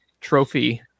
trophy